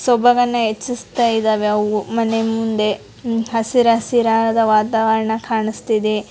ಸೊಬಗನ್ನು ಹೆಚ್ಚಿಸ್ತಾ ಇದಾವೆ ಅವು ಮನೆ ಮುಂದೆ ಹಸಿರಸಿರಾದ ವಾತಾವರಣ ಕಾಣಿಸ್ತಿದೆ